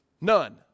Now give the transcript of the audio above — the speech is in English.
None